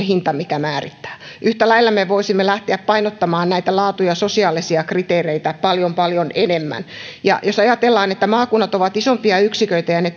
hinta mikä määrittää yhtä lailla me voisimme lähteä painottamaan näitä laatu ja sosiaalisia kriteereitä paljon paljon enemmän ja jos ajatellaan että maakunnat ovat isompia yksiköitä ja ne